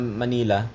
manila